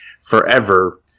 forever